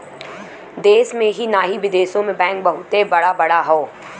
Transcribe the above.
देश में ही नाही बिदेशो मे बैंक बहुते बड़ा बड़ा हौ